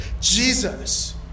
Jesus